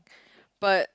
but